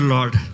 Lord